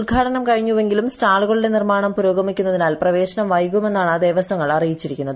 ഉദ്ഘാടനം കഴിഞ്ഞുവെങ്കിലും സ്റ്റാളുകളുടെ നിർമ്മാണം പുരോഗമിക്കുന്നതിനാൽ പ്രവേശനം വൈകും എന്നാണ് ദേവസ്വങ്ങൾ അറിയിച്ചിരിക്കുന്നത്